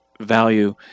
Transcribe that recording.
value